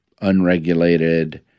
unregulated